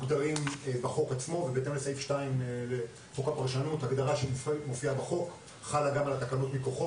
מוגדרת בחוק כמוסד של הקרן,